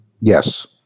Yes